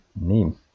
name